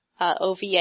OVA